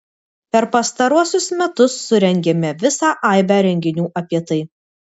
per pastaruosius metus surengėme visą aibę renginių apie tai